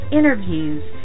interviews